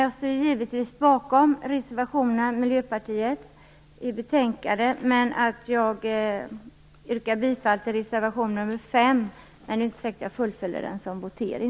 Jag står givetvis bakom reservationerna från Miljöpartiet, men jag yrkar bifall endast till reservation 5. Det är inte säkert att jag kommer att begära votering.